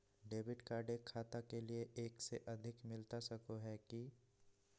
Debit card एक खाता के लिए एक से अधिक मिलता सको है की?